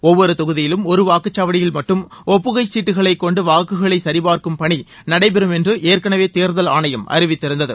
ஒவ்வொரு தொகுதியிலும் ஒரு வாக்குச்சாவடியில் மட்டும் ஒப்புகை சீட்டுகளை கொண்டு வாக்குகளை சரிபார்க்கும் பணி நடைபெறும் என்று ஏற்கனவே தேர்தல் ஆணையம் அறிவித்திருந்தது